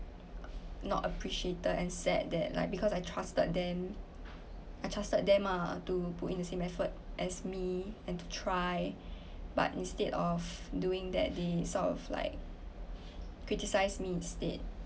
not appreciated and sad that like because I trusted them I trusted them ah to put in the same effort as me and to try but instead of doing that they sort of like criticise me instead